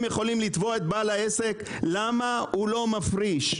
יכולות לתבוע את בעל העסק אם הוא לא מפריש.